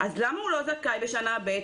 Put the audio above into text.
למה הוא לא זכאי בשנה ב'.